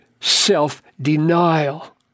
self-denial